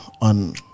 on